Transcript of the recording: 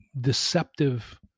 deceptive